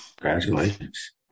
Congratulations